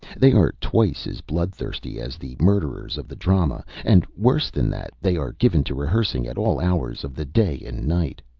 they are twice as bloodthirsty as the murderers of the drama, and, worse than that, they are given to rehearsing at all hours of the day and night.